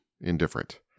indifferent